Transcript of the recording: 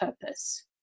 purpose